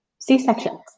C-sections